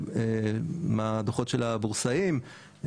מהדו"חות של הבורסאים,